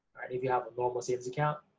if you have a normal saving's account,